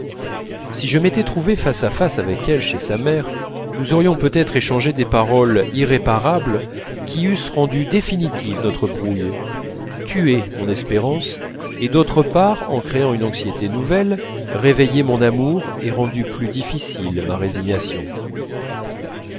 si je m'étais trouvé face à face avec elle chez sa mère nous aurions peut-être échangé des paroles irréparables qui eussent rendu définitive notre brouille tué mon espérance et d'autre part en créant une anxiété nouvelle réveillé mon amour et rendu plus difficile ma résignation